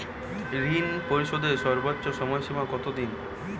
ঋণ পরিশোধের সর্বোচ্চ সময় সীমা কত দিন?